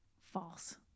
False